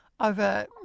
over